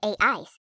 AIs